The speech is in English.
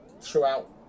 Throughout